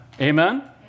Amen